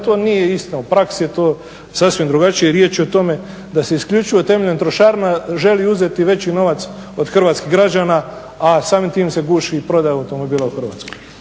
to nije istina, u praksi je to sasvim drugačije. Riječ je o tome da se isključivo temeljem trošarina želi uzeti veći novac od hrvatskih građana, a samim time se guši prodaja automobila u Hrvatskoj.